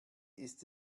ist